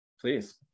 please